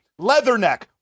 Leatherneck